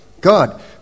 God